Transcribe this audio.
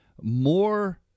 more